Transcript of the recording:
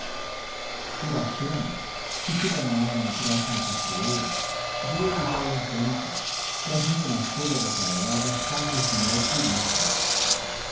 iracema que se banhava na próxima cachoeira veio lhes ao encontro trazendo na folha da taioba favos de mel puríssimo